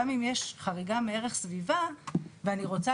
גם אם יש חריגה מערך סביבה ואני רוצה